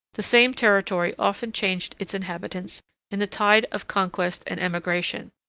the same territory often changed its inhabitants in the tide of conquest and emigration.